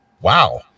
wow